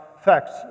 facts